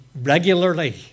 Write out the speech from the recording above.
regularly